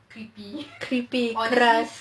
creepy keras